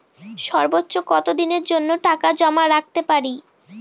সর্বোচ্চ কত দিনের জন্য টাকা জমা রাখতে পারি?